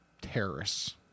terrorists